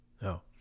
No